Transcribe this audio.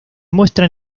muestran